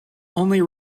only